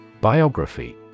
Biography